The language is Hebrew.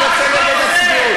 אני יוצא נגד הצביעות.